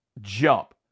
jump